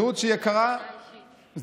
זהות שהיא יקרה לכולנו.